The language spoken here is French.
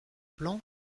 plan